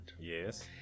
Yes